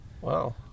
Wow